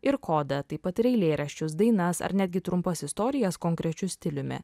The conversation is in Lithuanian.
ir kodą taip pat ir eilėraščius dainas ar netgi trumpas istorijas konkrečiu stiliumi